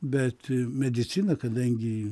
bet medicina kadangi